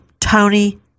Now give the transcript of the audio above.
Tony